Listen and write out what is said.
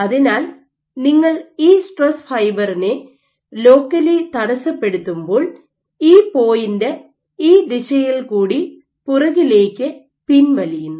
അതിനാൽ നിങ്ങൾ ഈ സ്ട്രെസ് ഫൈബറിനെ ലോക്കലി തടസ്സപ്പെടുത്തുമ്പോൾ ഈ പോയിന്റ് ഈ ദിശയിൽക്കൂടി പുറകിലേക്ക് പിൻവലിയുന്നു